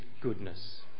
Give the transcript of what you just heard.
goodness